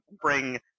Bring